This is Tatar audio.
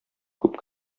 күп